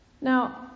Now